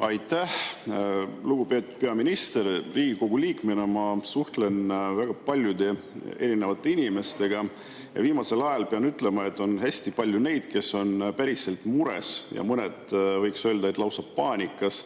Aitäh! Lugupeetud peaminister! Riigikogu liikmena suhtlen ma väga paljude inimestega. Viimasel ajal, pean ütlema, on hästi palju neid, kes on päriselt mures, ja mõned, võiks öelda, on lausa paanikas